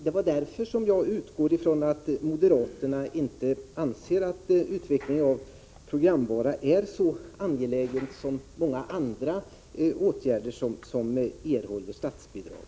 Det är därför som jag utgår ifrån att moderaterna inte anser att utvecklingen av programvara är så angelägen som många andra åtgärder för vilka det ges statsbidrag.